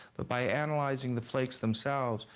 but by analyzing the flakes themselves,